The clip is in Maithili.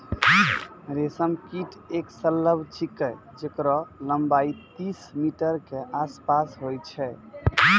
रेशम कीट एक सलभ छिकै जेकरो लम्बाई तीस मीटर के आसपास होय छै